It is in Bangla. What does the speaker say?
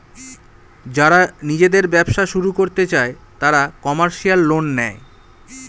যারা নিজেদের ব্যবসা শুরু করতে চায় তারা কমার্শিয়াল লোন নেয়